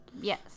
Yes